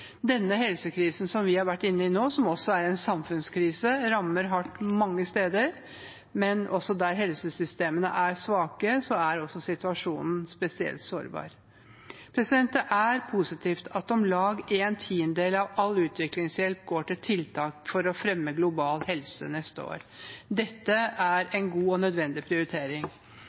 inne i nå, som også er en samfunnskrise, rammer hardt mange steder. Men der helsesystemene er svake, er situasjonen spesielt sårbar. Det er positivt at om lag én tiendedel av all utviklingshjelp går til tiltak for å fremme global helse neste år. Dette er en god og nødvendig prioritering.